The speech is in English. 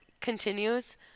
continues